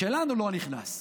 שלנו לא נכנס.